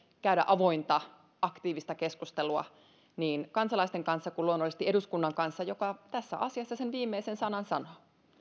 käydä avointa aktiivista keskustelua niin kansalaisten kanssa kuin luonnollisesti eduskunnan kanssa joka tässä asiassa sen viimeisen sanan sanoo